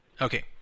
Okay